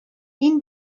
این